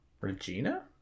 Regina